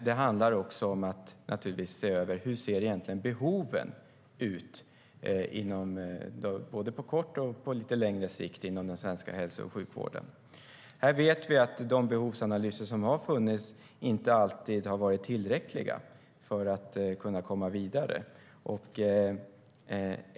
Det handlar om att se över behoven inom den svenska hälso och sjukvården på både kort och lite längre sikt. Vi vet att de behovsanalyser som gjorts inte alltid har varit tillräckliga för att kunna komma vidare.